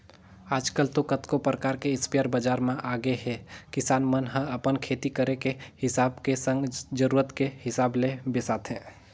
आजकल तो कतको परकार के इस्पेयर बजार म आगेहे किसान मन ह अपन खेती करे के हिसाब के संग जरुरत के हिसाब ले बिसाथे